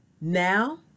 Now